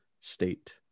state